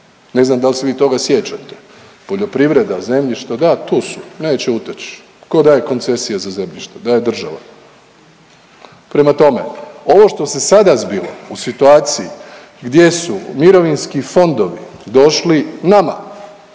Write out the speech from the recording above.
Ne znam dal se vi toga sjećate. Poljoprivreda, zemljište da tu su, neće uteć. Ko daje koncesije za zemljište? Daje država. Prema tome, ovo što se sada zbilo u situaciji gdje su mirovinski fondovi došli nama